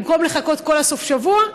במקום שיחכו כל סוף השבוע,